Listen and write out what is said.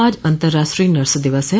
आज अंतराष्ट्रीय नर्स दिवस है